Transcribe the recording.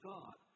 God